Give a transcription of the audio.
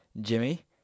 Jimmy